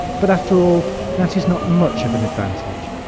but after all that is not much of an advantage.